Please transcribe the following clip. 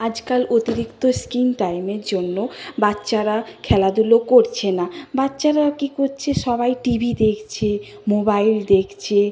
আজকাল অতিরিক্ত স্ক্রিন টাইমের জন্য বাচ্চারা খেলাধুলো করছে না বাচ্চারা কী করছে সবাই টিভি দেখছে মোবাইল দেখছে